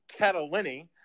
Catalini